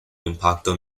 impacto